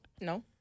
No